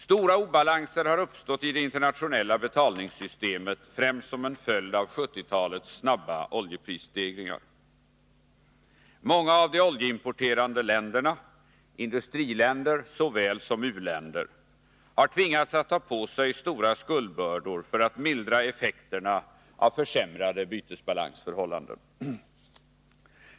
Stora obalanser har uppstått i det internationella betalningssystemet, främst som en följd av 1970-talets snabba oljeprisstegringar. Många av de oljeimporterande länderna — industriländer såväl som u-länder — har tvingats att ta på sig stora skuldbördor för att mildra effekterna av försämrade bytesbalansförhållanden.